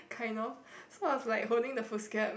kind of so I was like holding the foolscap